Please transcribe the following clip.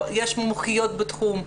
יש מומחיות בתחום,